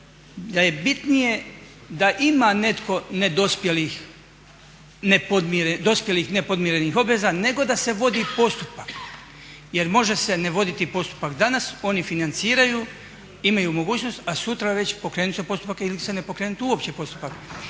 da je bitnije da ima netko dospjelih nepodmirenih obveza nego da se vodi postupak jer može se ne voditi postupak, oni financiraju, imaju mogućnost, a sutra već pokrenut se postupak ili se ne pokrenut uopće postupak.